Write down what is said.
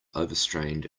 overstrained